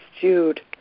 Jude